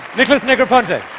nicholas negroponte.